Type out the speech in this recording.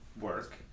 work